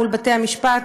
מול בתי-המשפט,